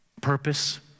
purpose